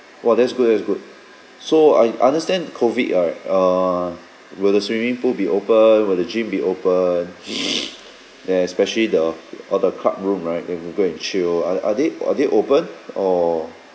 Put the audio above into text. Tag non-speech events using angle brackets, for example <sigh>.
!wah! that's good that's good so I understand COVID right err will the swimming pool be open will the gym be open <noise> then especially the all the club room right where we go and chill are are they are they open or